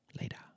later